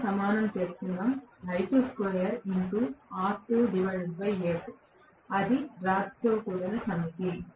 మనం సమానం చేస్తున్నాం అది రాతితో కూడిన సమితి